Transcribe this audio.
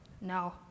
No